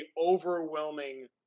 overwhelming